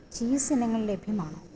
cheese ഇനങ്ങൾ ലഭ്യമാണോ